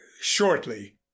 shortly